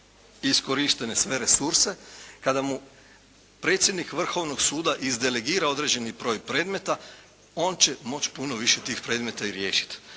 iskorištene sve resurse, kada mu predsjednik Vrhovnog suda izdelegira određeni broj predmeta on će moći puno više tih predmeta i riješiti.